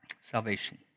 salvation